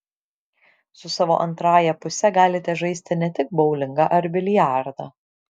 su savo antrąja puse galite žaisti ne tik boulingą ar biliardą